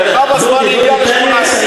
מרחב הזמן הגיע ל-2018.